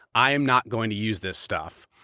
i'm not going to use this stuff.